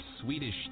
Swedish